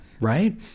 right